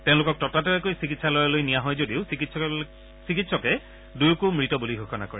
তেওঁলোকক ততাতৈয়াকৈ চিকিৎসালয়লৈ নিয়া হয় যদিও চিকিৎসকসকলে দুয়োকো মৃত বুলি ঘোষণা কৰে